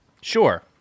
Sure